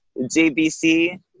JBC